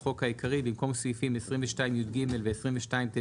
"תיקון סעיף 22כד 5. בסעיף 22כד לחוק העיקרי,